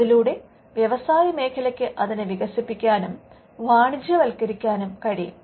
അതിലൂടെ വ്യസായമേഖലയ്ക്ക് അതിനെ വികസിപ്പിക്കാനും വാണിജ്യവത്ക്കരിക്കാനും കഴിയും